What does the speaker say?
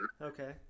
Okay